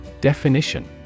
Definition